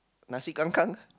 Nasi-Kangkang